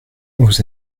vous